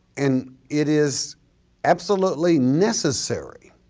and it is absolutely necessary